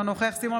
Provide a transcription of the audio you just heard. אינו נוכח סימון